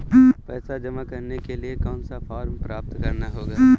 पैसा जमा करने के लिए कौन सा फॉर्म प्राप्त करना होगा?